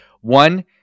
one